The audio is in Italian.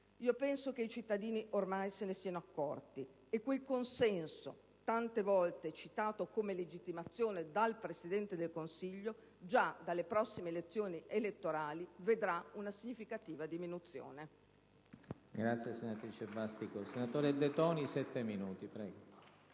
Penso che i cittadini ormai se ne siano accorti e quel consenso tante volte citato come legittimazione dal Presidente del Consiglio già dalle prossime elezioni vedrà una significativa diminuzione.